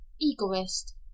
egoist